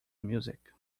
music